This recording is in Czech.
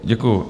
Děkuju.